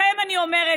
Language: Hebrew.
אז לכם אני אומרת,